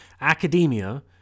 Academia